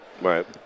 Right